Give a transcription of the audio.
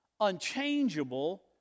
unchangeable